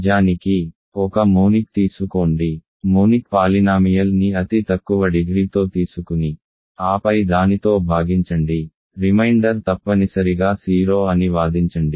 నిజానికి ఒక మోనిక్ తీసుకోండి మోనిక్ పాలినామియల్ ని అతి తక్కువ డిగ్రీతో తీసుకుని ఆపై దానితో భాగించండి రిమైండర్ తప్పనిసరిగా 0 అని వాదించండి